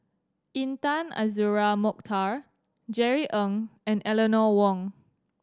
Intan Azura Mokhtar Jerry Ng and Eleanor Wong